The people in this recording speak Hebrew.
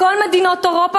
בכל מדינות אירופה,